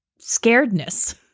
scaredness